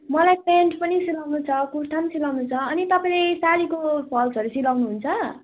मलाई प्यान्ट पनि सिलाउनु छ कुर्था पनि सिलाउनु छ अनि तपाईँले साडीको फल्सहरू सिलाउनुहुन्छ